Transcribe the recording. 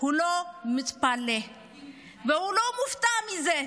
שהוא לא מתפלא והוא לא מופתע מזה.